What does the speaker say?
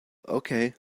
okay